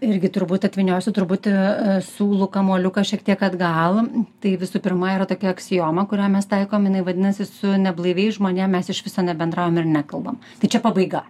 irgi turbūt atvyniosiu truputį siūlų kamuoliuką šiek tiek atgal tai visų pirma yra tokia aksioma kurią mes taikom jinai vadinasi su neblaiviais žmonėm mes iš viso nebendraujam ir nekalbam tai čia pabaiga